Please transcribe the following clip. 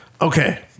Okay